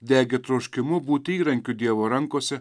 degė troškimu būti įrankiu dievo rankose